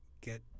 get